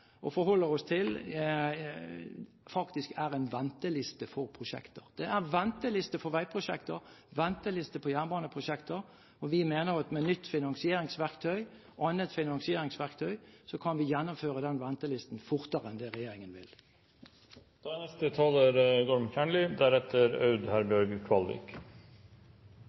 og forholder oss til, faktisk er en venteliste for prosjekter. Det er venteliste for veiprosjekter, venteliste på jernbaneprosjekter. Vi mener at med nytt finansieringsverktøy og annet finansieringsverktøy kan vi gjennomføre den ventelisten fortere enn det regjeringen